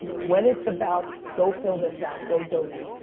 when it's about go fill this out, go donate,